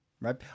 right